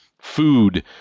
Food